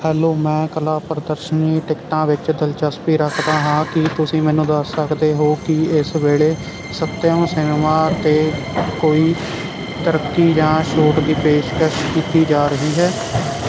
hello ਮੈਂ ਕਲਾ ਪ੍ਰਦਰਸ਼ਨੀ ਟਿਕਟਾਂ ਵਿੱਚ ਦਿਲਚਸਪੀ ਰੱਖਦਾ ਹਾਂ ਕੀ ਤੁਸੀਂ ਮੈਨੂੰ ਦੱਸ ਸਕਦੇ ਹੋ ਕੀ ਇਸ ਵੇਲੇ ਸੱਤਿਅਮ ਸਿਨੇਮਾ 'ਤੇ ਕੋਈ ਤਰੱਕੀ ਜਾਂ ਛੋਟ ਦੀ ਪੇਸ਼ਕਸ਼ ਕੀਤੀ ਜਾ ਰਹੀ ਹੈ